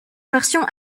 version